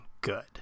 good